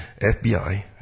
FBI